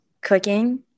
cooking